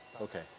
Okay